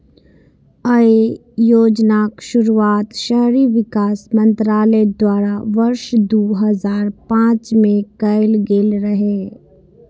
अय योजनाक शुरुआत शहरी विकास मंत्रालय द्वारा वर्ष दू हजार पांच मे कैल गेल रहै